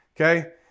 Okay